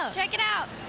ah check it out!